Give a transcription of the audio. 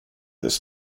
this